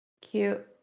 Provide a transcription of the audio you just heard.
Cute